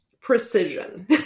precision